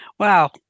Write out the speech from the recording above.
Wow